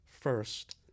first